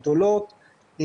גדולות,